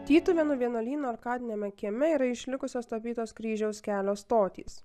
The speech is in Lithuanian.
tytuvėnų vienuolyno arkadiniame kieme yra išlikusios tapytos kryžiaus kelio stotys